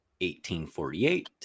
1848